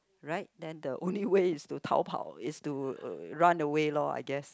right then the only way is to 逃跑: tao pao is to run away lor I guess